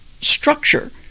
structure